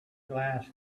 glass